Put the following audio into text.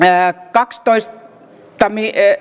kaksitoista